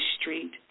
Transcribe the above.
street